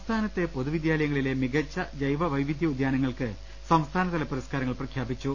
സംസ്ഥാനത്തെ പൊതുവിദ്യാലയങ്ങളിലെ മികച്ച ജൈവ വൈവിധൃ ഉദ്യാനങ്ങൾക്ക് സംസ്ഥാനതല പുരസ്കാരങ്ങൾ പ്രഖ്യാപിച്ചു